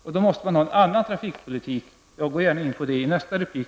Vi måste då ha en annan trafikpolitik, något som jag gärna går in på i nästa replik.